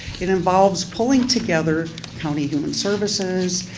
it involves pulling together county human services,